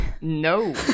No